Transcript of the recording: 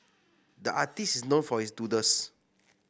the artist is known for his doodles